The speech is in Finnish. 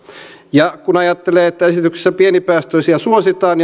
ja kun ajattelee että esityksessä pienipäästöisiä suositaan